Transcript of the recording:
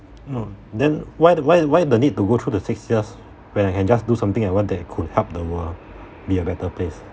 no then why the why why the need to go through the six years when I can just do something I want that could help the world be a better place